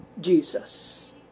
Jesus